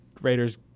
Raiders